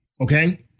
okay